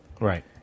Right